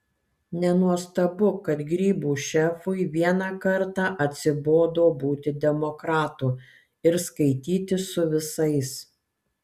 nenuostabu kad grybų šefui vieną kartą atsibodo būti demokratu ir skaitytis su visais